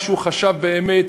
מה שהוא חשב באמת.